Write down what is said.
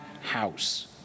house